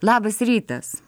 labas rytas